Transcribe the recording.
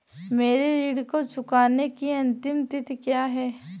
मेरे ऋण को चुकाने की अंतिम तिथि क्या है?